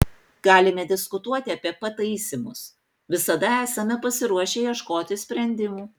galime diskutuoti apie pataisymus visada esame pasiruošę ieškoti sprendimų